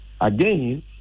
Again